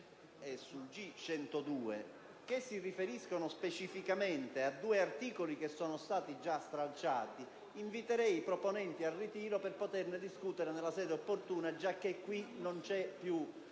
e G102, che si riferiscono specificamente a due articoli che sono stati stralciati, invito i proponenti a ritirarli, così da discuterne nella sede opportuna, giacché qui non ce ne